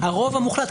הרוב המוחלט,